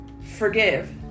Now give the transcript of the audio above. forgive